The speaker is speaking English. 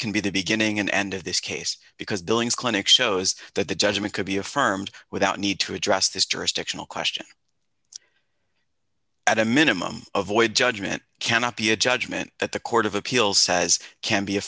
can be the beginning and end of this case because billings clinic shows that the judgment could be affirmed without need to address this jurisdictional question at a minimum of void judgment cannot be a judgment that the court of appeals says can be a